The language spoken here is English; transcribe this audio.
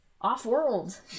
off-world